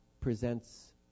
presents